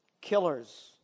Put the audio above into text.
killers